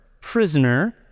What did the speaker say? prisoner